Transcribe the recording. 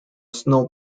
snow